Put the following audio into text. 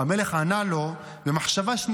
המלך ענה לו: במחשבה שנייה,